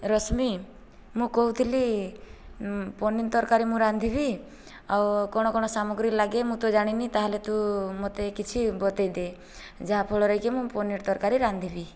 ରଶ୍ମି ମୁଁ କହୁ ଥିଲି ପନିର୍ ତରକାରୀ ମୁଁ ରାନ୍ଧିବି ଆଉ କଣ କଣ ସାମଗ୍ରୀ ଲାଗେ ମୁଁ ତ ଜାଣିନି ତା'ହେଲେ ତୁ ମୋତେ କିଛି ବତେଇଦେ ଯାହା ଫଳରେ କି ମୁଁ ପନିର୍ ତରକାରୀ ରାନ୍ଧିବି